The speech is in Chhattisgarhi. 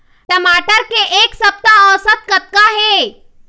टमाटर के एक सप्ता औसत कतका हे?